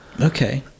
okay